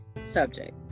subject